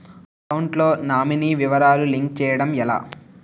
Account లో nominee వివరాలు link చేయటం ఎలా?